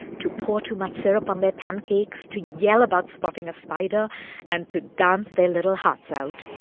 to pour too much syrup on their pancakes, to yell about spotting a spider and to dance their little hearts out